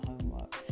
homework